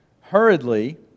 hurriedly